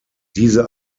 diese